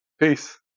Peace